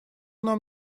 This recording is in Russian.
нам